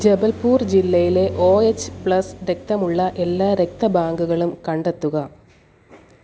ജബൽപ്പൂർ ജില്ലയിലെ O H plus രക്തമുള്ള എല്ലാ രക്തബാങ്കുകളും കണ്ടെത്തുക